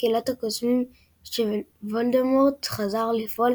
קהילת הקוסמים שוולדמורט חזר לפעול,